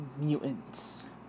Mutants